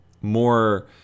more